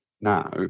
now